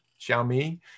Xiaomi